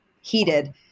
heated